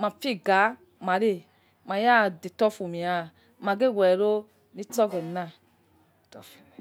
ma figa mareh maya detor fum iyah mage weh ero itsor oghena